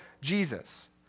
Jesus